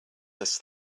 this